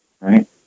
right